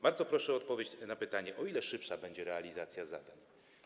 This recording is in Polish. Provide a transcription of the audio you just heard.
Bardzo proszę o odpowiedź na pytanie, o ile szybsza będzie realizacja zadań.